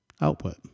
output